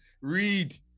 Read